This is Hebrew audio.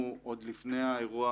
יש לי שאלה טכנית,